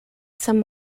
some